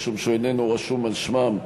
משום שהוא איננו רשום על שמם,